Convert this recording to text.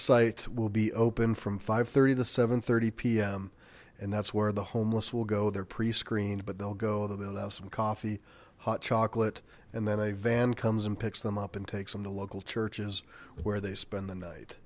site will be open from five thirty to seven thirty p m and that's where the homeless will go they're pre screened but they'll go they'll have some coffee hot chocolate and then a van comes and picks them up and takes them to local churches where they spend the night